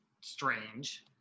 strange